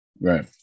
Right